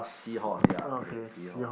seahorse ya okay seahorse